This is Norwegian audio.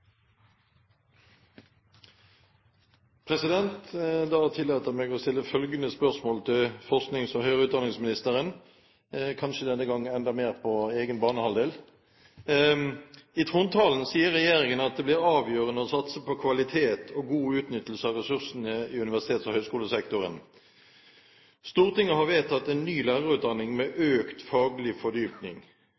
Jeg tillater meg å stille følgende spørsmål til forsknings- og høyere utdanningsministeren – kanskje denne gang enda mer på egen banehalvdel: «I trontalen sier regjeringen at det blir avgjørende å satse på kvalitet og god utnyttelse av ressursene i universitets- og høyskolesektoren. Stortinget har vedtatt en ny lærerutdanning med